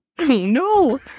No